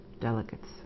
delegates